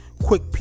quick